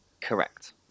Correct